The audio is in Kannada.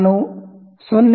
ನಾನು 0